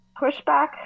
Pushback